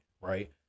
right